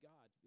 God